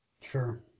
Sure